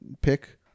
pick